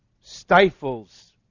stifles